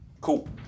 Cool